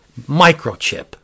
Microchip